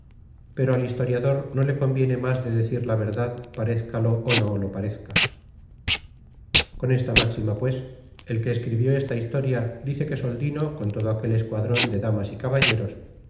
pero al historiador no le conviene más de decir la verdad parézcalo ó no lo parezca con esta máxima pues el que escribió esta historia dice que soldino con todo aquel escuadron de damas y caballeros